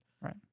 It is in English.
Right